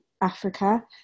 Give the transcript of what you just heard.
Africa